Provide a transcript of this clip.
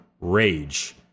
rage